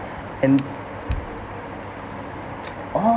and